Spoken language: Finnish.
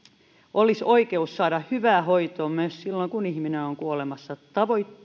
olisi oikeus saada hyvää hoitoa myös silloin kun on kuolemassa mikä